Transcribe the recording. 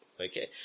Okay